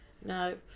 No